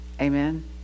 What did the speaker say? Amen